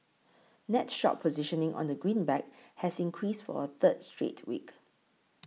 net short positioning on the greenback has increased for a third straight week